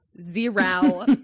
zero